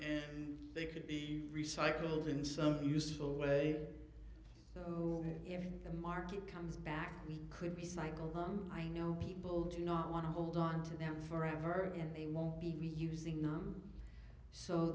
and they could be recycled in some useful way in the market comes back could be cycle i know people do not want to hold on to them forever and they won't be using them so